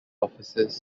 officers